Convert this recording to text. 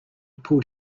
pulled